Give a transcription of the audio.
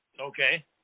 Okay